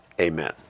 amen